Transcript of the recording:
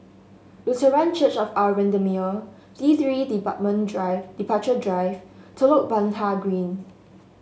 Lutheran Church of Our Redeemer T Three Departure Drive Telok Blangah Green